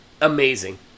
amazing